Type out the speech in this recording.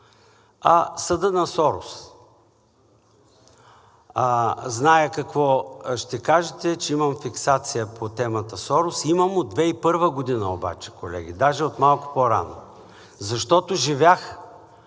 а съдът на Сорос. Зная какво ще кажете – че имам фиксация по темата Сорос. Имам от 2001 г. обаче, колеги, даже от малко по-рано. Защото живях,